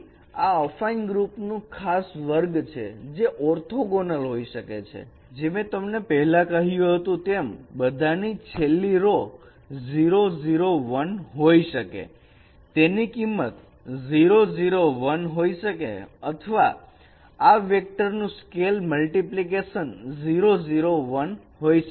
તેથી આ અફાઈન ગ્રુપનું ખાસ વર્ગ છે જે ઓર્થોગોનલ હોઈ શકે જે મેં તમને પહેલા કહ્યું હતું તેમ બધાથી છેલ્લી રો 0 0 1 હોઈ શકે તેની કિંમત 0 0 1 હોઈ શકે અથવા આ વેક્ટર નું સ્કેલ મલ્ટીપ્લિકેશન 0 0 1 હોઈ શકે